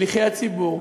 שליחי הציבור,